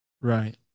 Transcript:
right